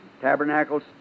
tabernacles